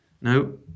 No